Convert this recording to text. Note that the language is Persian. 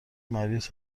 مریض